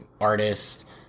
artist